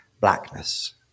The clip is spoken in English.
blackness